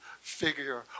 figure